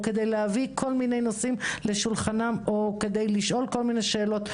כדי להביא נושאים לשולחנן כדי לשאול כל מיני שאלות,